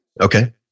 Okay